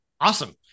Awesome